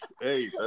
Hey